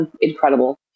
incredible